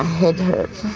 head hurts,